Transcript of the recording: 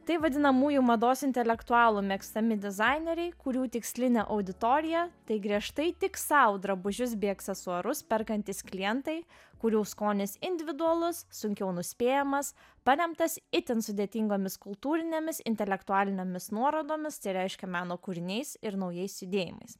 tai vadinamųjų mados intelektualų mėgstami dizaineriai kurių tikslinė auditorija tai griežtai tik sau drabužius bei aksesuarus perkantys klientai kurių skonis individualus sunkiau nuspėjamas paremtas itin sudėtingomis kultūrinėmis intelektualinėmis nuorodomis tai reiškia meno kūriniais ir naujais judėjimais